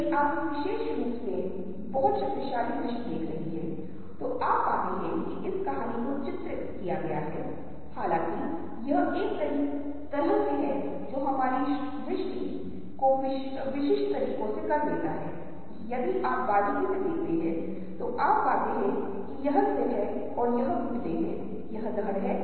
यदि आप इसे देख रहे हैं तो यह निश्चित रूप से एक नकारात्मक छवि है जो लाल रंग नीले लाल और गहरे गंदे रंगों के प्रभुत्व में है निश्चित रूप से विकर्णों का उपयोग जो हम से दूर भाग रहे हैं वे सभी चीजें निश्चित रूप से एक महत्वपूर्ण भूमिका निभाती हैं लेकिन इसके बावजूद रंग यहां भी एक महत्वपूर्ण भूमिका निभाते हैं